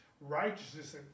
righteousness